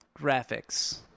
graphics